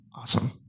awesome